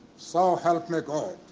so help me god